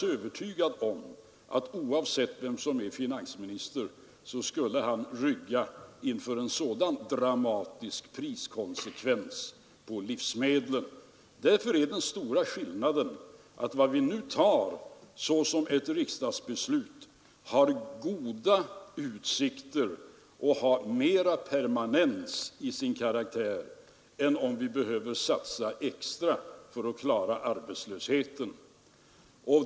Oavsett vem som är finansminister skulle han — det är jag övertygad om rygga för en så dramatisk priskonsekvens när det gäller livsmedlen. Det förslag riksdagen nu beslutar om har goda utsikter till mera permanens i sin karaktär än det skulle ha om vi behövde satsa extra för att klara arbetslösheten — det är den stora skillnaden.